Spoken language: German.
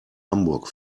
hamburg